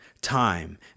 time